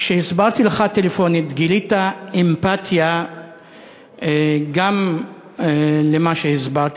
כשהסברתי לך טלפונית גילית אמפתיה גם למה שהסברתי